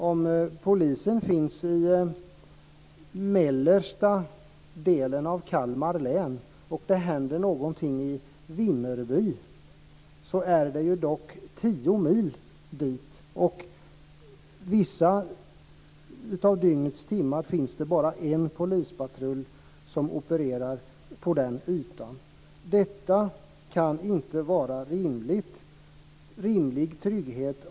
Om polisen finns i mellersta delen av Kalmar län och om det händer någonting i Vimmerby, så är det tio mil dit. Och under vissa av dygnets timmar finns det bara en polispatrull som opererar på denna yta. Detta kan inte vara en rimlig trygghet.